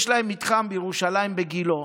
יש להם מתחם בירושלים, בגילה,